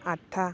आतथा